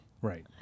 Right